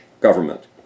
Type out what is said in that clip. government